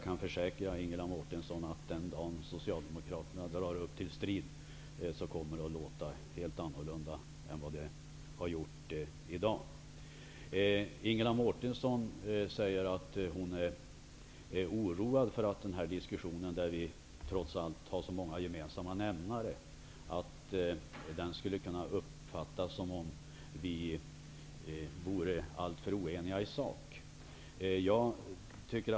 Den dag som Socialdemokraterna blåser till strid kommer det att låta helt annorlunda än vad det har gjort i dag. Ingela Mårtensson sade att hon är oroad för att den här diskussionen skulle kunna uppfattas som att vi vore alltför oeniga i sak, trots att vi har så många gemensamma nämnare.